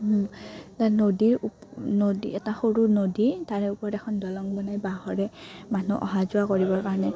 নদীৰ নদী এটা সৰু নদী তাৰে ওপৰত এখন দলং বনাই বাঁহৰে মানুহ অহা যোৱা কৰিবৰ কাৰণে